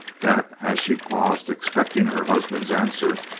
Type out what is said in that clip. that as she paused expecting her husband's answer,